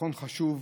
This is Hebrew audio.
ניצחון חשוב,